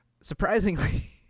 surprisingly